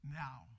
now